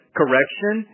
correction